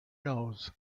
nose